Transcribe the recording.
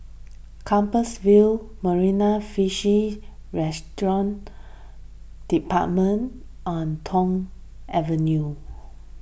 Compassvale Marina Fish Restaurant Department and Thong Avenue